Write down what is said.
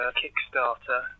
kickstarter